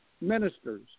ministers